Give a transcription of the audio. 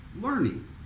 learning